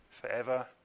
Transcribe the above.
forever